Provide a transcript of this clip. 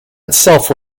itself